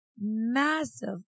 massive